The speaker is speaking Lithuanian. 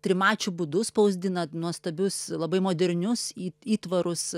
trimačių būdu spausdina nuostabius labai modernius įtvarus